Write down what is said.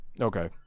Okay